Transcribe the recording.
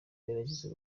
yaragize